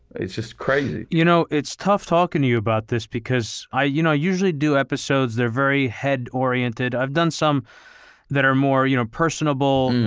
it's just crazy. you know, it's tough talking to you about this. because i you know usually do episodes, they're very head oriented. i've done some that are more you know personable,